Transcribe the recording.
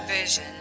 vision